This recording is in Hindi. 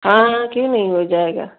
हाँ हाँ क्यों नहीं हो जाएगा